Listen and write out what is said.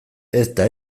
eta